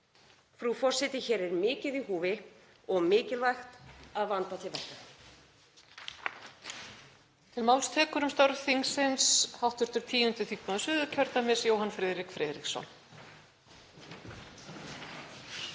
Frú forseti. Hér er mikið í húfi og mikilvægt að vanda til verka.